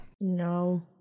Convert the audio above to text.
No